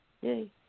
Yay